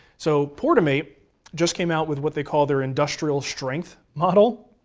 so, portomate just came out with what they call their industrial strength model.